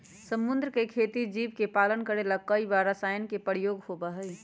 समुद्र के खेती जीव के पालन करे ला कई बार रसायन के प्रयोग होबा हई